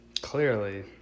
clearly